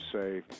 say